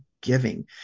giving